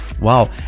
wow